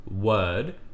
word